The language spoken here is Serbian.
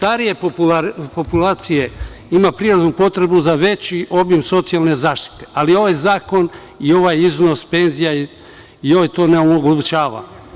Starija populacija ima prirodnu potrebu za veći obim socijalne zaštite, ali ovaj zakon i ovaj iznos penzija im to ne omogućava.